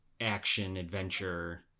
action-adventure